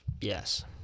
Yes